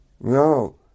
No